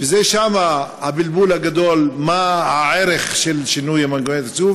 ושם הבלבול הגדול: מה הערך של שינוי מנגנוני התקצוב.